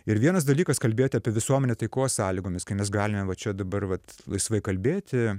ir vienas dalykas kalbėti apie visuomenę taikos sąlygomis kai mes galime va čia dabar vat laisvai kalbėti